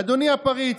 אדוני הפריץ,